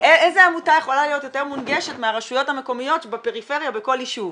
איזו עמותה יכולה להיות מונגשת מהרשויות המקומיות בפריפריה בכל ישוב?